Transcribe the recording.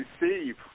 receive